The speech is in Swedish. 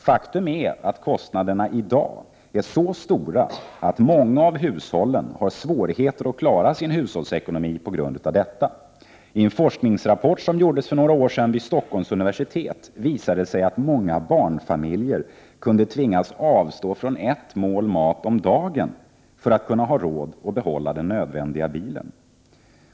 Faktum är att kostnaderna i dag är så stora att många av hushållen har svårigheter att klara sin hushållsekonomi på grund härav. En forskningsrapport som för några år sedan framlades vid Stockholms universitet visade att många barnfamiljer kunde tvingas avstå från ett mål mat om dagen för att ha råd att behålla den nödvändiga bilen.